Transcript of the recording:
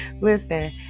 listen